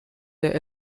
der